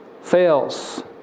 fails